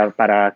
para